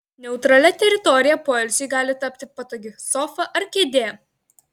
neutralia teritorija poilsiui gali tapti patogi sofa ar kėdė